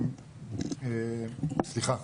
סליחה,